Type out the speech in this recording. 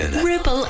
Ripple